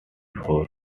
four